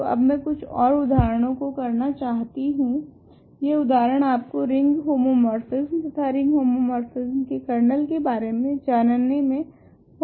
तो अब मैं कुछ ओर उदाहरणो को करना चाहती हूँ यह उदाहरण आपको रिंग होमोमोर्फिस्म तथा रिंग होमोमोर्फिस्म के कर्नल के बारे मे जानने मे बहुत सहायता मिलेगी